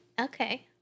Okay